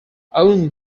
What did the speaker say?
owned